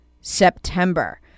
September